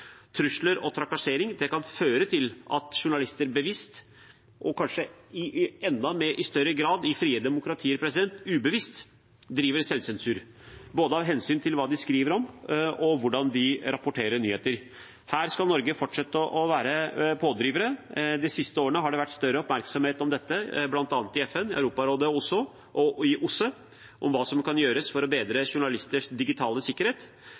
Trusler og trakassering kan føre til at journalister bevisst – og kanskje i enda større grad ubevisst i frie demokratier – driver med selvsensur, både med hensyn til hva de skriver om, og med hensyn til hvordan de rapporterer nyheter. Her skal Norge fortsette å være pådrivere. I de siste årene har det vært større oppmerksomhet om dette, bl.a. i FN, Europarådet og OSSE, om hva som kan gjøres for å bedre journalisters digitale sikkerhet.